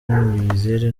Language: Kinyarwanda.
muyizere